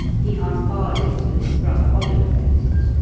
he unbarred it, and his brother oliver entered.